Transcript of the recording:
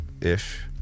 ish